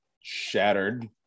shattered